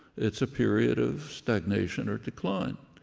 it's a period of stagnation or decline.